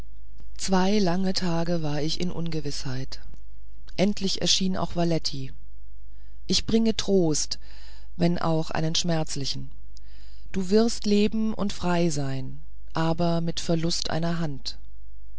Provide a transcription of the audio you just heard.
zwei lange tage war ich in ungewißheit endlich erschien auch valetty ich bringe trost wenn auch einen schmerzlichen du wirst leben und frei sein aber mit verlust einer hand